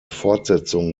fortsetzung